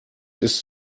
ist